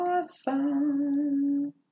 awesome